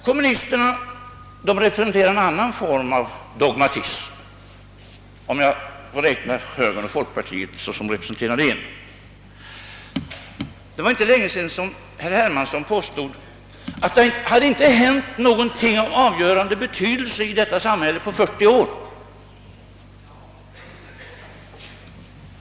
Kommunisterna representerar en annan form av dogmatism, om jag får räkna högern och folkpartiet såsom representerande en. Det var inte länge sedan herr Hermansson påstod att det inte hade hänt någonting av avgörande betydelse i det svenska samhället på fyrtio år.